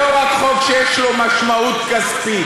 זה לא רק חוק שיש לו משמעות כספית,